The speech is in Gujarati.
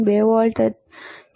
2 વોલ્ટ છે